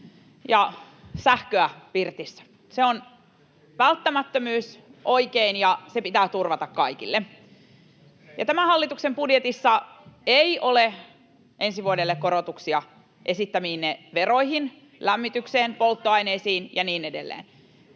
ja sähköä pirtissä, on välttämättömyys ja oikein, ja se pitää turvata kaikille. Tämän hallituksen budjetissa ei ole ensi vuodelle korotuksia esittämiinne veroihin, lämmitykseen, polttoaineisiin ja niin edelleen.